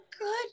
good